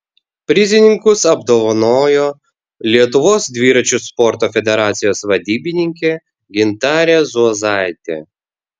prizininkus apdovanojo lietuvos dviračių sporto federacijos vadybininkė gintarė zuozaitė